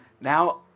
Now